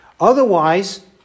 Otherwise